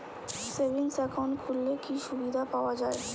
Savings account খুললে কি সুবিধা পাওয়া যায়?